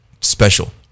special